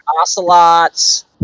Ocelots